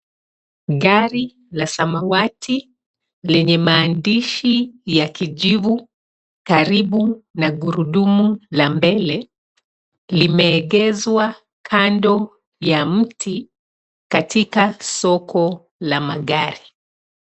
Gari la samawati lenye maandishi ya kijivu karibu na gurudumu la mbele limeegeshwa kando ya mti katika soko la magari.